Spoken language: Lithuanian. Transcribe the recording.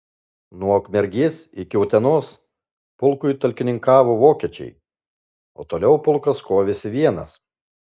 nuo ukmergės iki utenos pulkui talkininkavo vokiečiai o toliau pulkas kovėsi vienas